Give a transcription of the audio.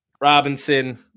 Robinson